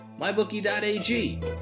MyBookie.ag